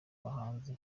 bahanzi